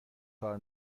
کار